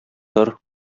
тор